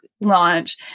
launch